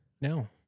No